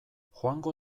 joango